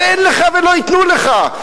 אבל אין לך ולא ייתנו לך.